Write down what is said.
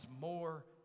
more